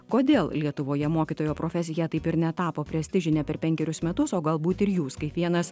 kodėl lietuvoje mokytojo profesija taip ir netapo prestižinė per penkerius metus o galbūt ir jūs kaip vienas